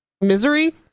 misery